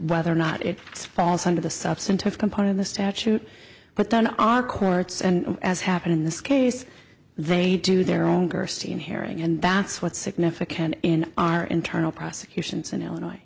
whether or not it falls under the substantive compart of the statute but then our courts and as happened in this case they do their own gerstein herring and that's what's significant in our internal prosecutions in illinois